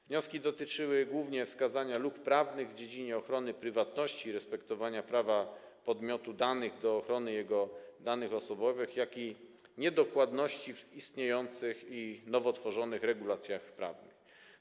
Wnioski dotyczyły głównie wskazania luk prawnych w dziedzinie ochrony prywatności, respektowania prawa podmiotu danych do ochrony jego danych osobowych, jak również niedokładności w istniejących i nowo tworzonych regulacjach prawnych.